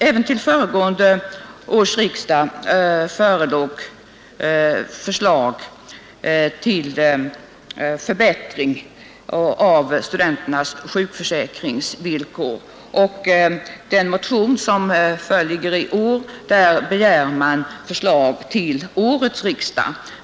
Även till föregående års riksdag förelåg förslag till förbättring av studenternas sjukförsäkringsvillkor, och i den nu aktuella motionen begärs förslag till årets riksdag.